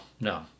no